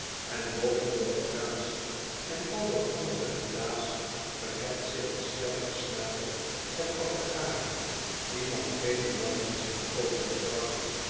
en boven dat geraas en al dat andere geraas verheft zich t schelle gesnater der papegaaien die van vreemde landen zijn overgebracht